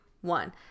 one